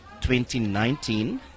2019